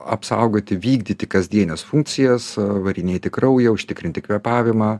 apsaugoti vykdyti kasdienes funkcijas varinėti kraują užtikrinti kvėpavimą